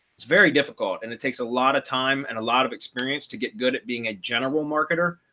it's very difficult and it takes a lot of time and a lot of experience to get good at being a general marketer.